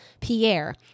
Pierre